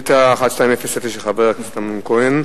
שאילתא 1200 של חבר הכנסת אמנון כהן,